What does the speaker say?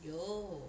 有